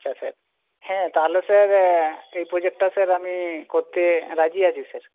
আচ্ছা স্যার হ্যাঁ তাহলে স্যার এই প্রোজেক্টটা স্যার আমি করতে রাজি আছি স্যার